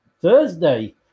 Thursday